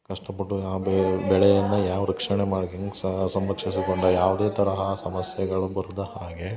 ಕಷ್ಟಪಟ್ಟು ಆ ಬೆಳೆಯನ್ನ ಯಾವ ರಕ್ಷಣೆ ಮಾಡಿ ಹೆಂಗೆ ಸಂರಕ್ಷಿಸಿಕೊಂಡು ಯಾವುದೇ ತರಹ ಸಮಸ್ಯೆಗಳು ಬರದ ಹಾಗೆ